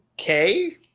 okay